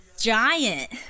giant